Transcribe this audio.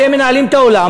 שהם מנהלים את העולם,